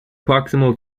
proximal